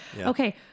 Okay